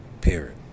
Period